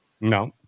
No